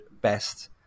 best